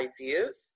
Ideas